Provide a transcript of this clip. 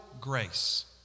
grace